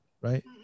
Right